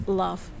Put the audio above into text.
love